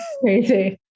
crazy